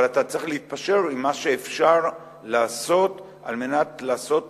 אבל אתה צריך להתפשר עם מה שאפשר לעשות על מנת לעשות